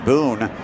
Boone